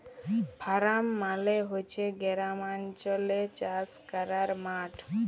farm মালে হছে গেরামালচলে চাষ ক্যরার মাঠ